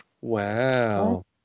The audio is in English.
wow